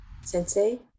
Sensei